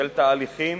של תהליכים